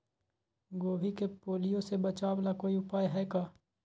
गोभी के पीलिया से बचाव ला कोई उपाय है का?